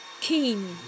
keen